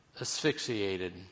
asphyxiated